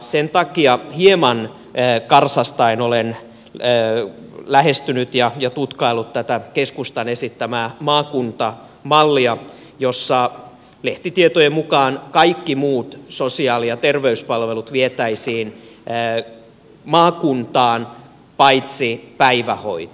sen takia hieman karsastaen olen lähestynyt ja tutkaillut tätä keskustan esittämää maakuntamallia jossa lehtitietojen mukaan kaikki muut sosiaali ja terveyspalvelut vietäisiin maakuntaan paitsi päivähoito